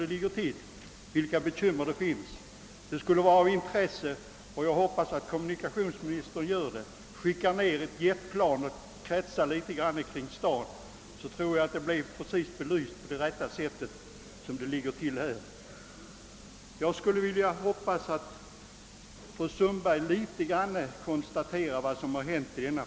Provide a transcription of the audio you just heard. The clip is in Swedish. Det skulle vara av intresse — och nödvändigt för bevis — och jag hoppas kommunikationsministern vidtar denna åtgärd, att skicka ned ett jetplan och låta det kretsa en stund omkring staden. Då tror jag att frågan skulle bli belyst på rätt sätt. Jag hoppas att fru Sundberg något sätter sig in i vad som hänt i frågan.